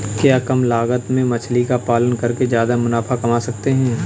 क्या कम लागत में मछली का पालन करके ज्यादा मुनाफा कमा सकते हैं?